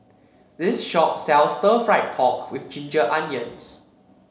this shop sells Stir Fried Pork with Ginger Onions